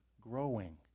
growing